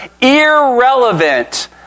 irrelevant